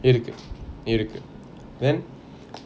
இருக்கு இருக்கு:iruku iruku then